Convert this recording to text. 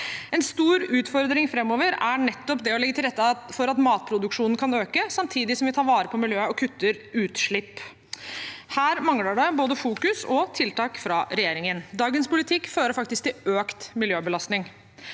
En stor utfordring framover er nettopp å legge til rette for at matproduksjonen kan øke, samtidig som vi tar vare på miljøet og kutter utslipp. Her mangler det både fokus og tiltak fra regjeringen. Dagens politikk fører faktisk til økt miljøbelastning.